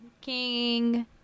King